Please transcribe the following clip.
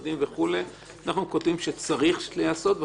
אנחנו כותבים שצריך לעשות,